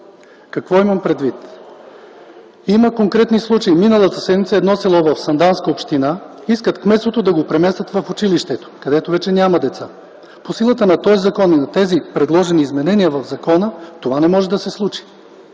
Какво имам предвид? Има конкретни случаи. Миналата седмица едно село в Санданска община искат да преместят кметството в училището, където вече няма деца. По силата на този закон и от измененията, предложени в него, това не може да се случи.